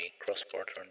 cross-border